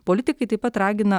politikai taip pat ragina